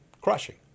crushing